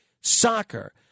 Soccer